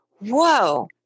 whoa